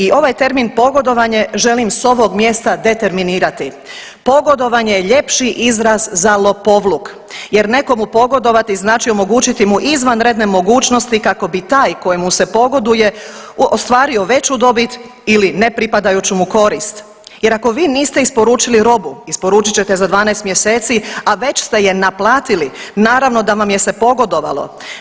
I ovaj termin pogodovanje želim s ovog mjesta determinirati, pogodovanje je ljepši izraz za lopovluk jer nekomu pogodovati znači omogućiti mu izvanredne mogućnosti kako bi taj kojemu se pogoduje ostvario veću dobit ili ne pripadajuću mu korist jer ako vi niste isporučili robu, isporučit ćete za 12 mjeseci, a već ste je naplatili, naravno da vam je se pogodovalo.